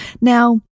Now